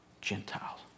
Gentiles